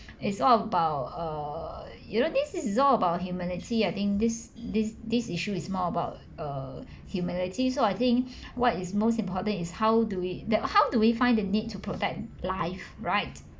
it's all about err you know this is all about humanity I think this this this issue is more about err humanity so I think what is most important is how do we how do we find the need to protect life right